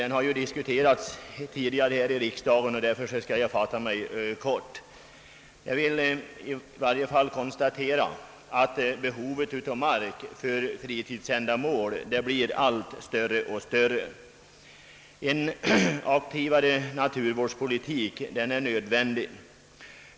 Denna fråga har diskuterats tidigare här i riksdagen, och därför skall jag fatta mig kort. Jag vill ändå konstatera att behovet av mark för fritidsändamål blir allt större. En aktivare naturvårds politik är nödvändig.